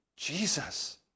Jesus